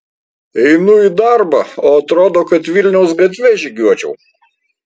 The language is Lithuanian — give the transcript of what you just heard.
einu į darbą o atrodo kad vilniaus gatve žygiuočiau